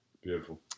Beautiful